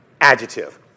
adjective